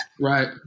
Right